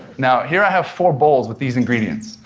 now here i have four bowls with these ingredients.